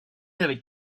avec